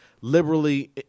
liberally